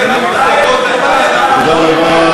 תודה רבה,